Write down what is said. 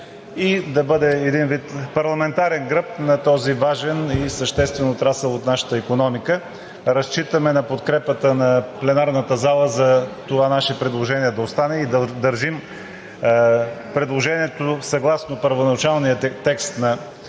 и да бъде един вид парламентарен гръб на този важен и съществен отрасъл от нашата икономика. Разчитаме на подкрепата на пленарната зала за нашето предложение да остане и държим предложението съгласно първоначалния текст на